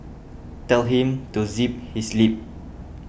tell him to zip his lip